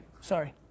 sorry